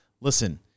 listen